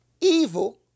Evil